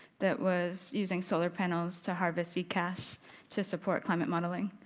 that was using solar panels to harvest e-cash to support climate modelling.